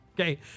Okay